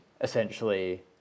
essentially